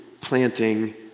planting